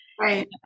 Right